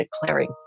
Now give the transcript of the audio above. declaring